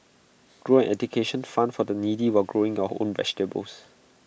grow an education fund for the needy while growing your own vegetables